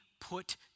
put